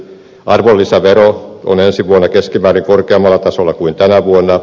arvonlisävero on ensi vuonna keskimäärin korkeammalla tasolla kuin tänä vuonna